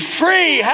free